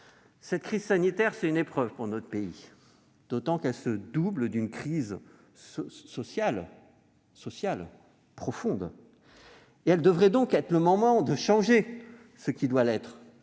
Cette crise sanitaire est une épreuve pour notre pays, d'autant qu'elle se double d'une crise sociale profonde. Elle devrait donc être l'occasion de changer ce qui doit l'être